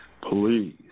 please